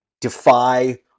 defy